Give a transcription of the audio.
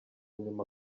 nyuma